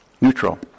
neutral